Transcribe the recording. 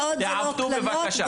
הדגל עם ארבעת הצבעים זה דגל פלסטין.